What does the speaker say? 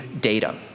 data